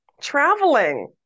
Traveling